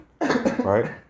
right